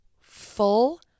full